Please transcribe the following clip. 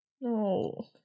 No